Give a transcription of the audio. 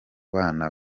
bana